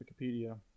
Wikipedia